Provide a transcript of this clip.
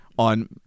On